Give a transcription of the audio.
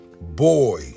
boy